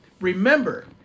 remember